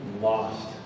lost